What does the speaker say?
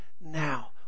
now